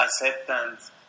acceptance